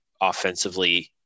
offensively